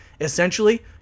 essentially